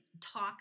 talk